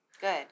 Good